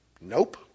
nope